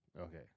Okay